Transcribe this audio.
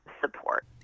support